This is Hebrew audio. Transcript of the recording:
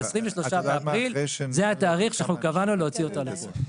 23 באפריל זה התאריך שקבענו להוציא אותה לפועל.